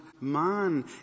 man